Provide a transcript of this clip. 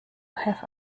have